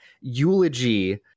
eulogy